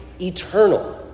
eternal